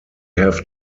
have